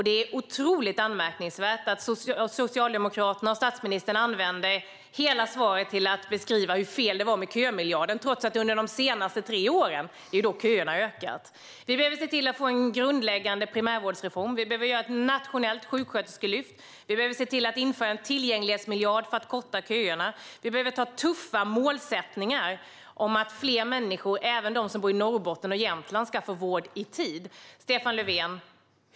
Det är anmärkningsvärt att Socialdemokraterna och statsministern använder hela svaret till att beskriva hur fel det var med kömiljarden, trots att köerna har ökat under de senaste tre åren. Vi behöver se till att få en grundläggande primärvårdsreform. Vi behöver göra ett nationellt sjuksköterskelyft. Vi behöver se till att införa en tillgänglighetsmiljard för att korta köerna. Vi behöver ha tuffa målsättningar om att fler människor, även de som bor i Norrbotten och Jämtland, ska få vård i tid. Stefan Löfven!